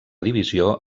divisió